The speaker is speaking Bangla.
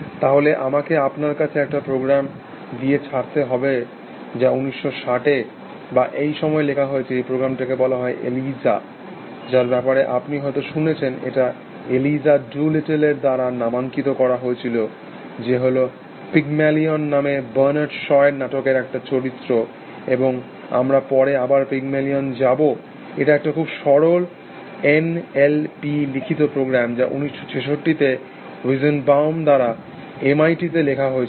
তাহলে আমাকে আপনার কাছে একটা প্রোগ্রাম দিয়ে ছাড়তে হবে যা 1960তে বা এই সময় লেখা হয়েছে এই প্রোগ্রামটাকে বলা হয় এলিজা যার ব্যাপারে আপনি হয়ত শুনেছেন এটা এলিজা ডুলিটল এর দ্বারা নামাঙ্কিত করা হয়েছিল যে হল প্যাগমেলিয়ান নামে বার্নাড শ এর নাটকের একটা চরিত্র এবং আমরা পরে আবার প্যাগমেলিয়নে যাব এটা একটা খুব সরল এন এল পি লিখিত প্রোগ্রাম যা 1966 তে উইজেনবাউম দ্বারা এম আই টিতে লেখা হয়েছিল